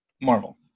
Marvel